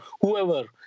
whoever